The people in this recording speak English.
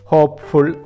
Hopeful